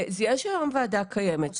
יש היום ועדה קיימת,